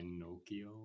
Pinocchio